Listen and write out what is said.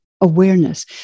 awareness